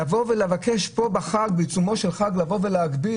לבוא ולבקש בחג, בעיצומו של חג, להגביל,